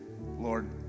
Lord